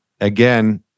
again